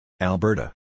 Alberta